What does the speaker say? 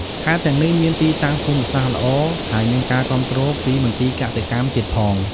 ខេត្តទាំងនេះមានទីតាំងភូមិសាស្ត្រល្អ ហើយមានការគាំទ្រពីមន្ទីរកសិកម្មទៀតផង។